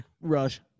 rush